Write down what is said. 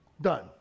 Done